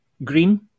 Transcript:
Green